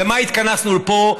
למה התכנסנו פה,